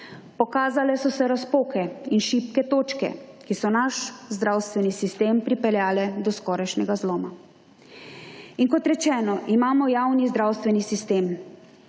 Pokazale so se razpoke in šibke točke, ki so naš zdravstveni sistem pripeljale do skorajšnjega zloma. In kot rečeno, imamo javni zdravstveni sistem,